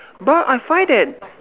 but I find that